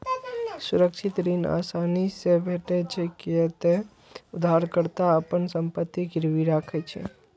सुरक्षित ऋण आसानी से भेटै छै, कियै ते उधारकर्ता अपन संपत्ति गिरवी राखै छै